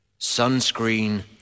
sunscreen